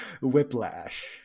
Whiplash